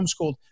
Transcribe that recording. homeschooled